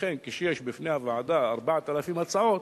אכן, כשיש בפני הוועדה 4,000 הצעות,